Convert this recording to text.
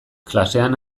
klasean